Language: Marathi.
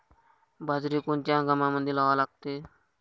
बाजरी कोनच्या हंगामामंदी लावा लागते?